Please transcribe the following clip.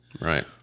Right